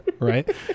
Right